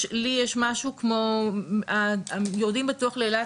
לי יש משהו כמו ה"יורדים בטוח לאילת"